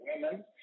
women